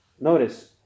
notice